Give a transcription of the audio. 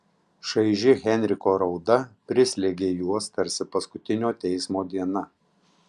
šaiži henriko rauda prislėgė juos tarsi paskutinio teismo diena